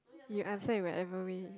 you answer in whatever way